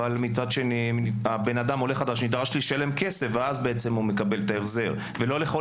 אבל מצד שני האדם הולך על השיטה שישלם כסף ואז מקבל את ההחזר ולא לכולם